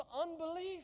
unbelief